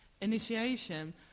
initiation